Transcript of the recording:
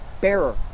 bearer